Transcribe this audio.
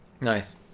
Nice